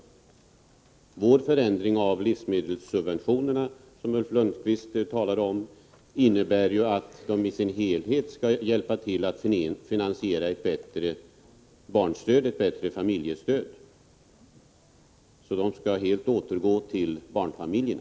Den av oss föreslagna förändringen av livsmedelssubventionerna, som Ulf Lönnqvist talade om, innebär ju att dessa subventioner i sin helhet skall hjälpa till att finansiera ett bättre barnstöd, ett bättre familjestöd. Pengarna skall alltså i full utsträckning återgå till barnfamiljerna.